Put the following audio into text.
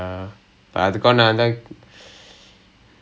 nice I know a lot of people around me taking psychology